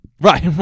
Right